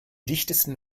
dichtesten